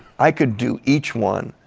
i could do each one.